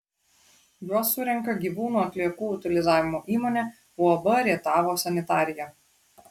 juos surenka gyvūnų atliekų utilizavimo įmonė uab rietavo sanitarija